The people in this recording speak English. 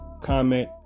comment